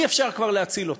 אי-אפשר כבר להציל אותה.